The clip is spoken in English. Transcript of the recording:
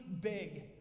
big